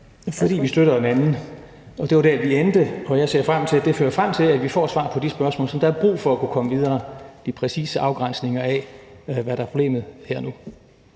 fordi vi støtter en anden, og det var der, vi endte. Og jeg ser frem til, at det fører frem til, at vi får svar på de spørgsmål, som der er brug for for at kunne komme videre: de præcise afgrænsninger af, hvad der er problemet her og nu.